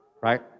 right